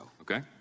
Okay